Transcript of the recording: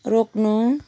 रोक्नु